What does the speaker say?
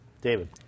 David